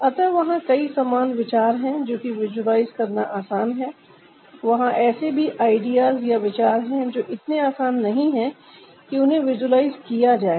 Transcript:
अतः वहां कई समान विचार हैं जो कि विजुलाइज करना आसान है वहां ऐसे भी आईडिया या विचार हैं जो इतने आसान नहीं है कि उन्हें विजुलाइज किया जाए